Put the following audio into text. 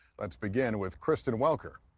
let's begin with kristen welker.